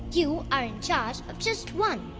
you are in charge of just one.